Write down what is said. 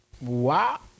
Wow